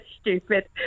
stupid